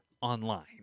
online